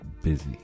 busy